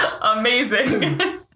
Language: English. amazing